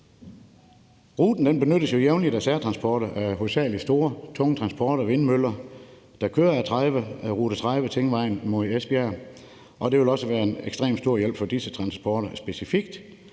Ruten benyttes jo jævnligt af særtransporter af hovedsagelig store, tunge transporter, transport af vindmøller, der kører ad rute 30, Tingvejen, mod Esbjerg. Det vil også være en ekstremt stor hjælp for disse transporter specifikt,